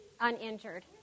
uninjured